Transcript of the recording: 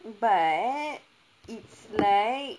but it's like